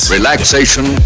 Relaxation